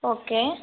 okay